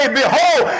behold